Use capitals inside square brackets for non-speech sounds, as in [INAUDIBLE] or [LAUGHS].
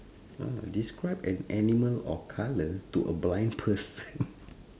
ah describe an animal or colour to a [LAUGHS] blind person